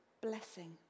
blessing